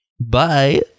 Bye